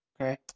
okay